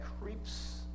creeps